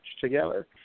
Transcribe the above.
together